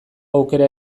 aukera